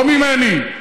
לא ממני,